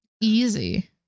Easy